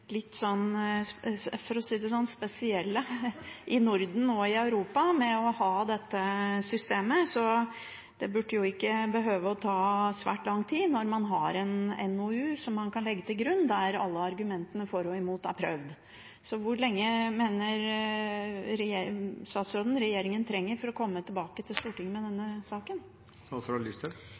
for å si det slik – litt spesielle i Norden og i Europa når det gjelder å ha dette systemet. Det burde jo ikke behøve å ta svært lang tid når man har en NOU som man kan legge til grunn, der alle argumentene for og imot er prøvd. Hvor lang tid mener statsråden regjeringen trenger for å komme tilbake til Stortinget med denne saken?